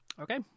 Okay